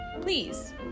please